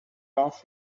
off